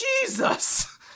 Jesus